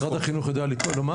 משרד החינוך יודע לומר?